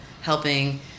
helping